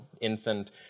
infant